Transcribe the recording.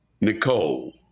Nicole